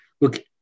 look